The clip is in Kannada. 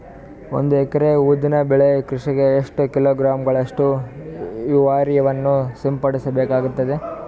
ಒಂದು ಎಕರೆ ಉದ್ದಿನ ಬೆಳೆ ಕೃಷಿಗೆ ಎಷ್ಟು ಕಿಲೋಗ್ರಾಂ ಗಳಷ್ಟು ಯೂರಿಯಾವನ್ನು ಸಿಂಪಡಸ ಬೇಕಾಗತದಾ?